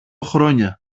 χρόνια